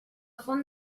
font